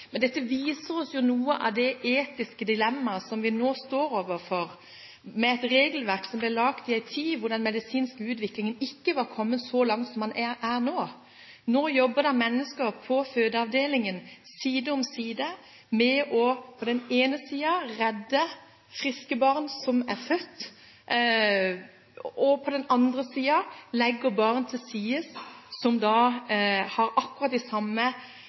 Men dette viser oss noe av det etiske dilemmaet som vi nå står overfor, med et regelverk som ble laget i en tid da den medisinske utviklingen ikke var kommet så langt som det den er nå. Nå jobber det mennesker på fødeavdelingen, side om side, der man på den ene siden redder friske barn som er født, og på den andre siden legger barn til side som har akkurat samme vekt og samme